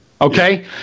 Okay